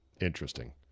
Interesting